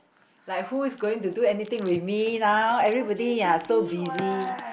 like who is going to do anything with me now everybody are so busy